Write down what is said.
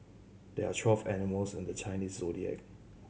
there are twelve animals in the Chinese Zodiac